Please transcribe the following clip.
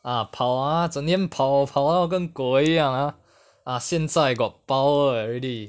ah 跑 ah 整天跑跑到跟狗一样 ah 现在 got power already